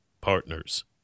Partners